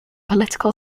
political